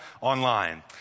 online